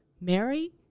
Mary